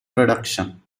production